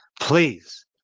please